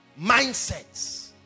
Mindsets